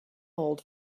old